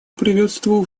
приветствовал